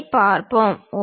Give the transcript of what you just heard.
அதைப் பார்ப்போம்